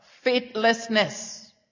faithlessness